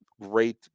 great